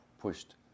pushed